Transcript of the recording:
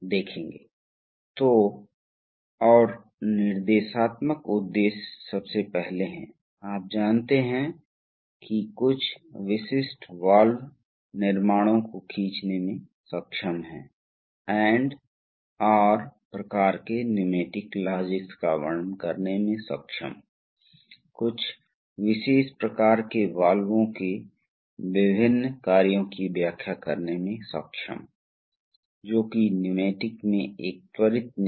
इसलिए निर्देशात्मक उद्देश्यों को देखते हुए इस पाठ के बाद एक छात्र को विशिष्ट औद्योगिक सक्रियण समस्याओं का हवाला देने में सक्षम होना चाहिए कुछ बहुत ही सामान्य समस्याएं जो औद्योगिक प्रणालियों के मामले में होती हैं इसलिए तब कई मामलों में हम जानते हैं कि ऊर्जा बहुत महंगी है इसलिए हम करते हैं हम ऊर्जा को अनावश्यक रूप से खर्च करना पसंद नहीं करते हैं इसलिए विभिन्न प्रकार की ऊर्जा बचत योजनाएं हैं विशेष रूप से हाइड्रोलिक सिस्टम जो बहुत उच्च शक्ति प्रणाली हैं इसलिए ऊर्जा की बचत महत्वपूर्ण है